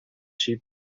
she